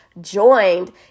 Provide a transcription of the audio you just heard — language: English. joined